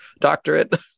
doctorate